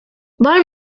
val